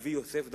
אבי, יוסף דנון.